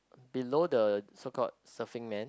below the so called surfing man